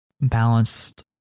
balanced